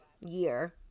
year